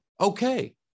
Okay